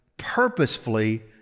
purposefully